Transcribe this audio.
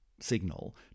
signal